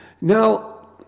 Now